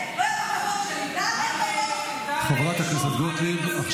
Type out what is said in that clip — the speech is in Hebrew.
מהאויב שלי, שקל --- חברת הכנסת גוטליב .